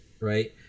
right